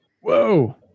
Whoa